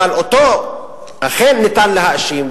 אבל אותו אכן ניתן להאשים,